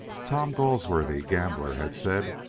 tom galsworthy, the gambler, had said,